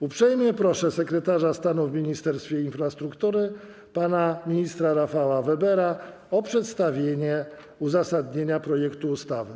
Uprzejmie proszę sekretarza stanu w Ministerstwie Infrastruktury pana ministra Rafała Webera o przedstawienie uzasadnienia projektu ustawy.